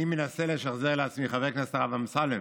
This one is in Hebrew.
אני מנסה לשחזר לעצמי, חבר הכנסת הרב אמסלם,